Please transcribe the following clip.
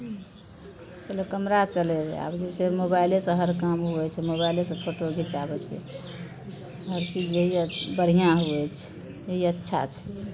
पहिले केमरा चलय रहय आब जे छै से मोबाइलेसँ हर काम होबय छै मोबाइलेसँ फोटो घिचाबय छै हर चीज जे यऽ बढ़िआँ होबय छै ई अच्छा छै